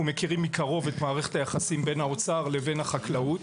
מכירים מקרוב את מערכת היחסים בין האוצר לבין החקלאות